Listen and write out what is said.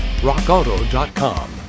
RockAuto.com